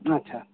ᱟᱪᱪᱷᱟ